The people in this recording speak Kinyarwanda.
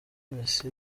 messi